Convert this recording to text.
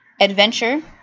Adventure